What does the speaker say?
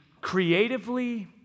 creatively